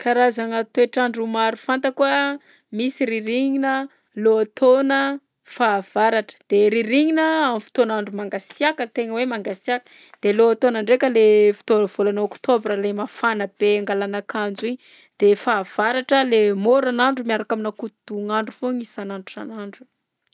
Karazagna toetrandro maro fantako a: misy rirignina, lohataona, fahavaratra, de rirignina amin'ny fotoana andro mangasiaka tegna hoe mangasiaka, de lohataona ndraika le fotoana volana octobre le mafana be angalana ankanjo i, de fahavaratra le môranandro miaraka aminà kodognandro foagna isanandro isanandro.